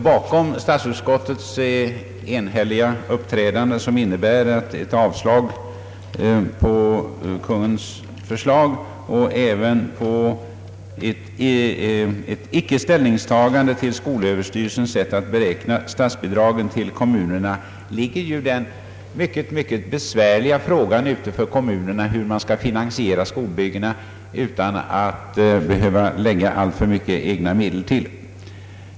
Bakom statsutskottets enhälliga förslag, som alltså innebär avslag på yrkandet i propositionen liksom att man icke tar ställning till skolöverstyrelsens sätt att beräkna statsbidragen till kommunerna, ligger den för kommunerna ytterst besvärliga frågan hur de skall finansiera skolbyggena utan att behöva skjuta till alltför mycket egna medel.